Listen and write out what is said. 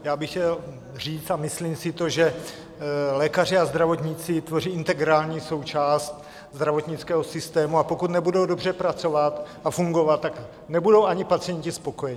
Já bych chtěl říct a myslím si to, že lékaři a zdravotníci tvoří integrální součást zdravotnického systému, a pokud nebudou dobře pracovat a fungovat, tak nebudou ani pacienti spokojeni.